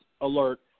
alert